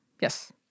Yes